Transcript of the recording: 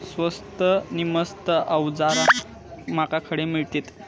स्वस्त नी मस्त अवजारा माका खडे मिळतीत?